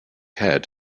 head